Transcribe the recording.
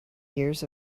years